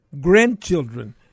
grandchildren